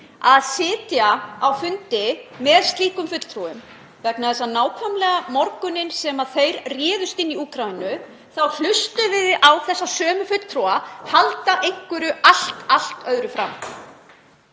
að sitja á fundi með slíkum fulltrúum vegna þess að morguninn sem þeir réðust inn í Úkraínu hlustuðum við á þessa sömu fulltrúa halda einhverju allt öðru fram.